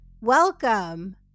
Welcome